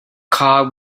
carr